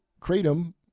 kratom